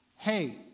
Hey